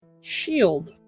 shield